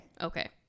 Okay